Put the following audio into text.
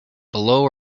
below